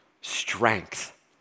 strength